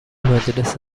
مجلس